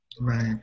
right